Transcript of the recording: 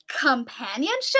companionship